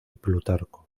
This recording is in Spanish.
plutarco